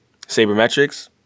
sabermetrics